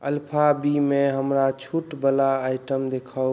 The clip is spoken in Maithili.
अल्फा बी मे हमरा छूटवला आइटम देखाउ